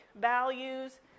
values